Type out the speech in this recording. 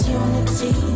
unity